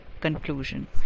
conclusion